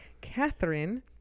Catherine